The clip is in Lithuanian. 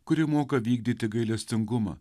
kuri moka vykdyti gailestingumą